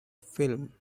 film